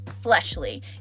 Fleshly